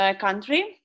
country